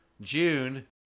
June